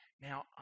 now